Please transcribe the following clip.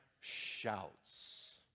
shouts